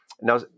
Now